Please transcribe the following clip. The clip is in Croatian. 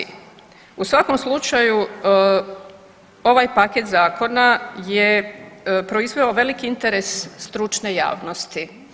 U svakom slučaju ovaj paket zakona je proizveo veliki interes stručne javnosti.